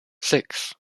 six